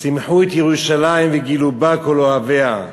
"שמחו את ירושלים וגילו בה כל אוהביה,